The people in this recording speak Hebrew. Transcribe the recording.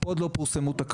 פה עוד לא פורסמו תקנות,